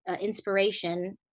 inspiration